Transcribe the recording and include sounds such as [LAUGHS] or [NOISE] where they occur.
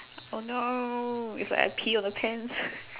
oh no it's like I pee on the pants [LAUGHS]